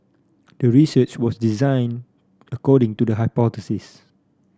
the research was designed according to the hypothesis